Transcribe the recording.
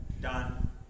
done